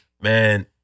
Man